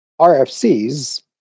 RFCs